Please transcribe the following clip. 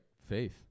faith